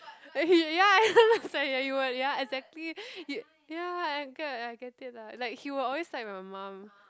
then he ya then I was like you were ya exactly you ya I get I get it lah like he will always side my mum